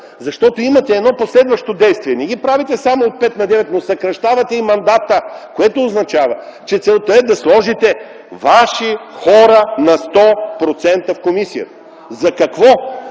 Защото имате едно последващо действие. Не ги правите само от девет на пет, но съкращавате и мандата, което означава, че целта е да сложите ваши хора на 100% в комисията. За какво?